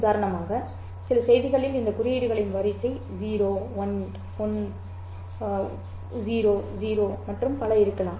உதாரணமாக சில செய்திகளில் இந்த குறியீடுகளின் வரிசை 0 11 00 மற்றும் பல இருக்கலாம்